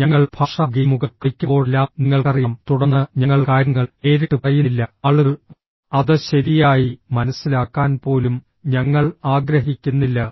ഞങ്ങൾ ഭാഷാ ഗെയിമുകൾ കളിക്കുമ്പോഴെല്ലാം നിങ്ങൾക്കറിയാം തുടർന്ന് ഞങ്ങൾ കാര്യങ്ങൾ നേരിട്ട് പറയുന്നില്ല ആളുകൾ അത് ശരിയായി മനസ്സിലാക്കാൻ പോലും ഞങ്ങൾ ആഗ്രഹിക്കുന്നില്ല